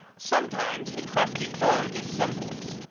sometimes the crafty foe dissembles.